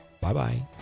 bye-bye